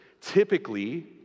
typically